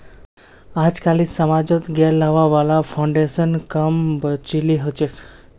अजकालित समाजत गैर लाभा वाला फाउन्डेशन क म बचिल छोक